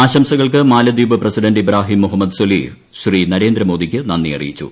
ആശംസകൾക്ക് Maldives president Ibrahim Mohamed Solih Shri നരേന്ദ്രമോദിക്ക് നന്ദി അറിയിച്ചു